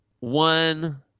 One